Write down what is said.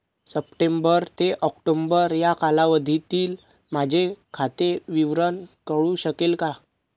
September ते October या कालावधीतील माझे खाते विवरण कळू शकेल का?